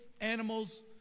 animals